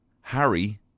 Harry